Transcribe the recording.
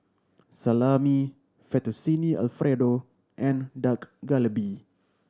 Salami Fettuccine Alfredo and Dak Galbi